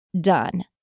done